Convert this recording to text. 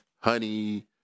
honey